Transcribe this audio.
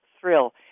thrill